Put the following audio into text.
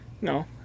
No